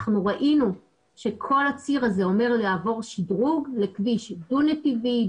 אנחנו ראינו שכל הציר הזה אומר לעבור שדרוג לכביש דו נתיבי,